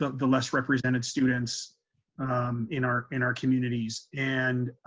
the less represented students in our in our communities. and